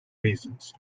reasons